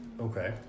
Okay